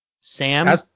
Sam